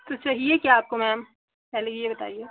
तो चाहिए क्या आपको मैम पहले ये बताइए